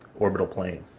orbital plane.